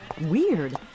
Weird